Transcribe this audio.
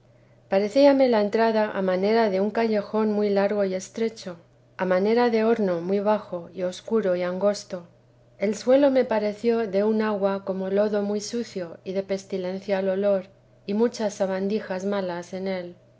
parecíame la entrada a manera de un callejón muy largo y estrecho a manera de horno muy bajo y obscuro y angosto el suelo me parecía de una agua como lodo muy sucio y de pestilencial olor y muchas sabandijas malas en él